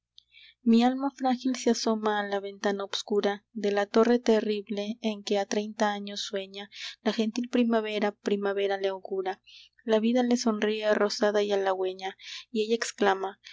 mi alma frágil se asoma a la ventana obscura de la torre terrible en que ha treinta años sueña la gentil primavera primavera le augura la vida le sonríe rosada y halagüeña y ella exclama